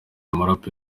umuraperi